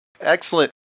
Excellent